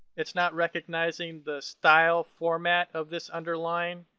it's not recognizing the style format of this underline.